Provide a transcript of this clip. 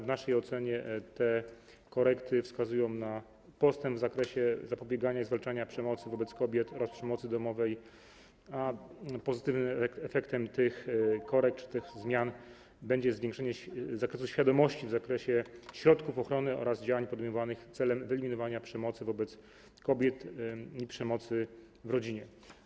W naszej ocenie te korekty wskazują na postęp w zakresie zapobiegania i zwalczania przemocy wobec kobiet oraz przemocy domowej, a pozytywnym efektem tych korekt czy tych zmian będzie poszerzenie świadomości w zakresie środków ochrony oraz działań podejmowanych celem wyeliminowania przemocy wobec kobiet i przemocy w rodzinie.